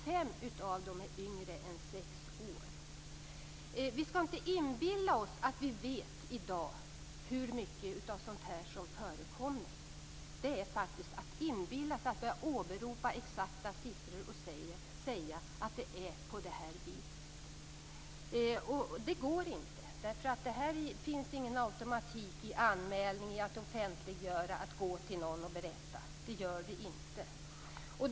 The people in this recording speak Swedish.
Fem av dem är yngre än sex år. Vi skall inte inbilla oss att vi i dag vet hur mycket av sådant här som förekommer. Vi kan faktiskt inte åberopa exakta siffror och säga att det är på det viset. Det går inte, för det finns ingen automatik i att sådana här fall anmäls och offentliggörs, att man går till någon och berättar. Det gör det inte.